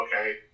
okay